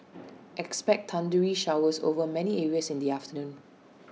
expect thundery showers over many areas in the afternoon